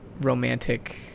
romantic